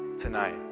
tonight